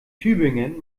tübingen